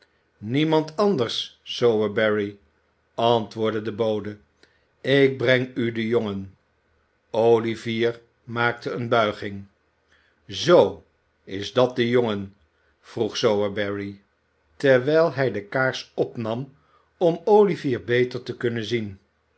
niemand anders sowerberry antwoordde de bode ik breng u den jongen olivier maakte eene buiging zoo is dat de jongen vroeg sowerberry terwijl hij de kaars opnam om olivier beter te kunnen zien